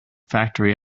factory